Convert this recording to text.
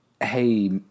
hey